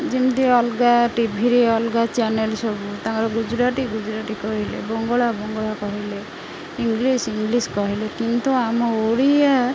ଯେମିତି ଅଲଗା ଟିଭିରେ ଅଲଗା ଚ୍ୟାନେଲ ସବୁ ତାଙ୍କର ଗୁଜୁରାଟୀ ଗୁଜୁରାଟୀ କହିଲେ ବଙ୍ଗଳା ବଙ୍ଗଳା କହିଲେ ଇଂଲିଶ ଇଂଲିଶ କହିଲେ କିନ୍ତୁ ଆମ ଓଡ଼ିଆ